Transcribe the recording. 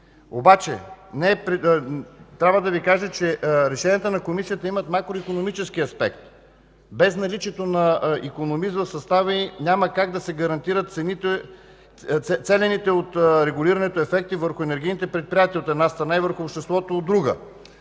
услуги. Трябва да Ви кажа, че решенията на Комисията имат макроикономически аспект. Без наличието на икономист в състава й няма как да се гарантират целените от регулирането ефекти върху енергийните предприятия от една страна, и върху обществото от друга.